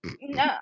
No